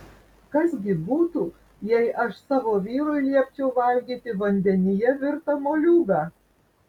kas gi būtų jei aš savo vyrui liepčiau valgyti vandenyje virtą moliūgą